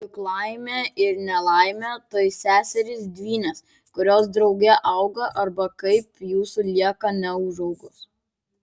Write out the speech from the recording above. juk laimė ir nelaimė tai seserys dvynės kurios drauge auga arba kaip jūsų lieka neūžaugos